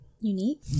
unique